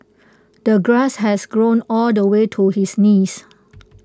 the grass has grown all the way to his knees